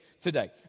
today